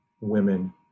women